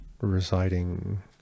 residing